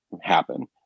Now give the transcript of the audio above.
happen